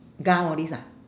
gown all this ah